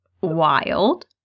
wild